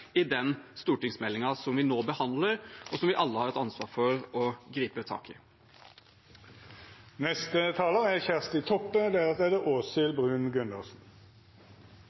i stortingsmeldingen som vi behandler nå, og som vi alle har et ansvar for å gripe tak i.